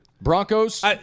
Broncos